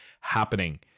happening